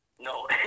No